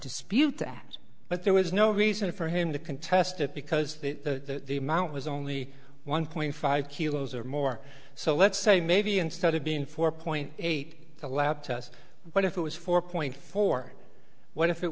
dispute that but there was no reason for him to contest it because the amount was only one point five kilos or more so let's say maybe instead of being four point eight the lab test but if it was four point four what if it